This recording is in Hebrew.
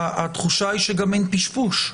התחושה היא שגם אין פשפוש.